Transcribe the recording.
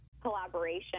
collaboration